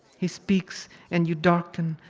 he speaks and you darken.